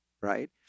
right